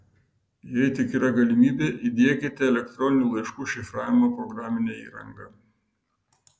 jei tik yra galimybė įdiekite elektroninių laiškų šifravimo programinę įrangą